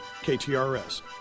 KTRS